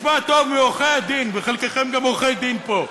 תשמע טוב, מעורכי-הדין, וחלקכם גם עורכי-דין פה.